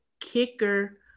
kicker